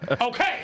Okay